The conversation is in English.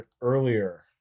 earlier